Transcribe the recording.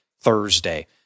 Thursday